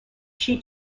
she